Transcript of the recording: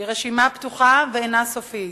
היא רשימה פתוחה ואינה סופית.